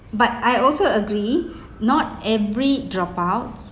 but I also agree not every dropouts